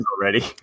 already